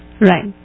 right